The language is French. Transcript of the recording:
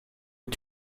est